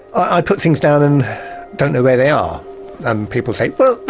i put things down and don't know where they are and people say well,